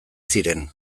ziren